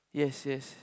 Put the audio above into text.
yes yes